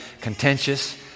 contentious